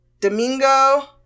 Domingo